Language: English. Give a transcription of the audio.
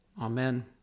Amen